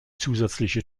zusätzliche